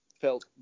felt